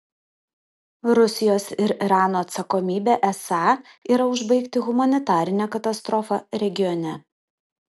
rusijos ir irano atsakomybė esą yra užbaigti humanitarinę katastrofą regione